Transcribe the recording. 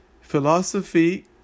Philosophy